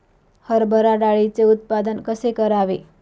हरभरा डाळीचे उत्पादन कसे करावे?